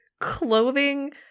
clothing